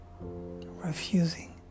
refusing